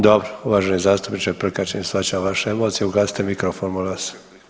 Dobro, uvaženi zastupniče Prkačin, shvaćam vaše emocije, ugasite mikrofon molim vas.